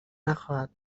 نخواهد